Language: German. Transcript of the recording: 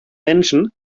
menschen